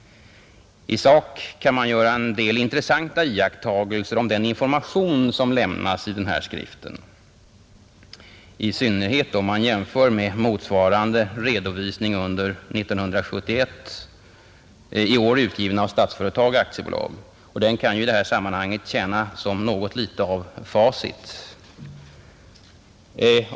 I sak kan man göra en del intressanta iakttagelser om den information som lämnas i skriften, i synnerhet om man jämför den med motsvarande redovisning under 1971, i år utgiven av Statsföretag AB. Den kan i det här sammanhanget tjäna som facit.